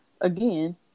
again